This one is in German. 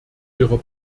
ihrer